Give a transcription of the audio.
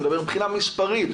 אני מדבר מבחינה מספרית,